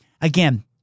Again